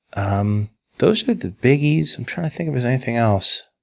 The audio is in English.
um those are the biggies. i'm trying to think if there's anything else.